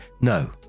no